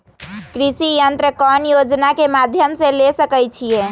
कृषि यंत्र कौन योजना के माध्यम से ले सकैछिए?